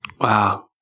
Wow